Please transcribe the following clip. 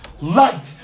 light